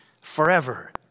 forever